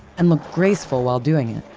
and look graceful while doing it.